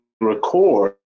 record